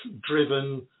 driven